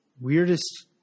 weirdest